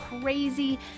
crazy